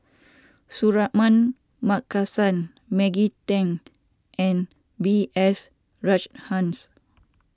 Suratman Markasan Maggie Teng and B S Rajhans